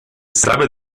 sabe